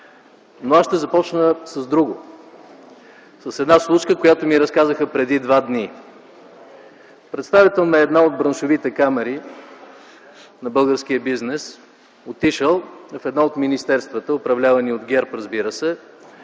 но аз ще започна с друго – с една случка, която ми разказаха преди два дни. Представител на една от браншовите камари на българския бизнес отишъл в едно от министерствата, управлявани от ГЕРБ, разбира се,